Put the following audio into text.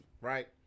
right